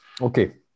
Okay